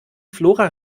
flora